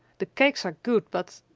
the cakes are good, but